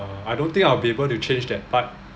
uh I don't think I will be able to change that part